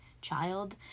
child